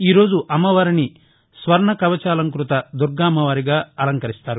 ఈ రోజు అమ్మవారిని స్వర్ణ కవచాలంక్బత దుర్గ అమ్మవారిగా అలంకరిస్తారు